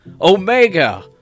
Omega